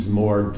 more